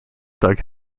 doug